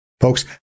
Folks